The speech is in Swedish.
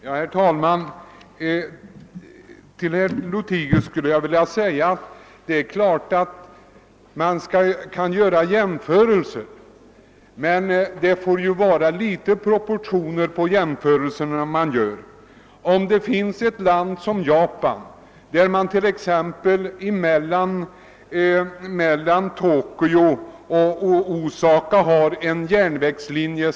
Herr talman! Det är klart ätt man kan göra jämförelser, herr Lothigius, men det får vara proportion mellan de jämförelser man gör. Herr Lothigius talar om Japan. Mellan Tokyo och Osaka finns i Japan en snabbgående järnvägslinje.